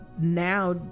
now